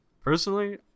Personally